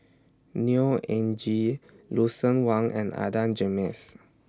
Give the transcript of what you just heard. Neo Anngee Lucien Wang and Adan Jimenez